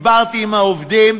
דיברתי עם העובדים,